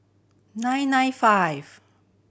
nine nine five